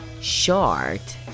short